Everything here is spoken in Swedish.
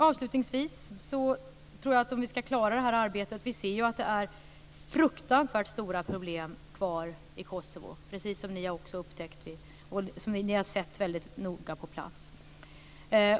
Avslutningsvis: Vi ser att fruktansvärt stora problem fortfarande finns i Kosovo, precis som ni sett väldigt noga på plats.